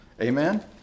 amen